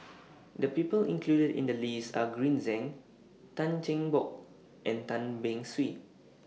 The People included in The list Are Green Zeng Tan Cheng Bock and Tan Beng Swee